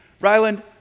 Ryland